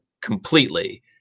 completely